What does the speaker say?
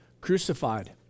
Crucified